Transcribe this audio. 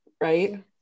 right